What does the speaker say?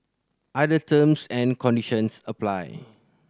other terms and conditions apply